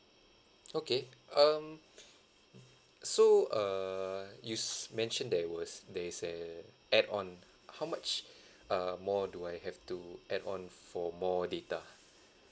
okay um so err you mentioned there was there is a add-on how much uh more do I have to add on for more data